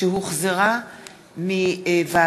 התשע"ו 2016,